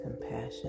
compassion